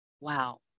wow